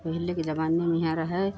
पहले ज़माना बढ़िया रहय